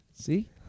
See